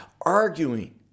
arguing